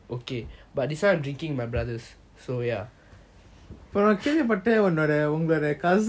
அப்புறம் நான் கேள்வி பட்டன் உன்னோட:apram naan kealvi pattan unoda cousin O_C_S இருக்கானு வழிகைள இருக்க உன்னக்கு:irukanu vazhikaila iruka unnaku